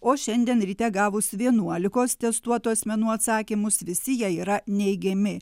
o šiandien ryte gavus vienuolikos testuotų asmenų atsakymus visi jie yra neigiami